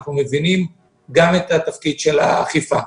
אנחנו מבינים גם את התפקיד של האכיפה.